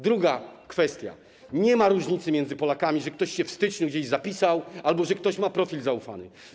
Druga kwestia: nie ma różnicy między Polakami, że ktoś się w styczniu gdzieś zapisał albo że ktoś ma profil zaufany.